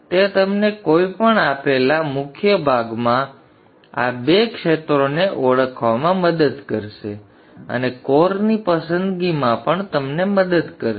તે તમને કોઈપણ આપેલા મુખ્ય ભાગમાં આ બે ક્ષેત્રોને ઓળખવામાં મદદ કરશે અને કોરની પસંદગીમાં પણ તમને મદદ કરશે